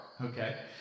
okay